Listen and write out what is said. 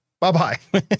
bye-bye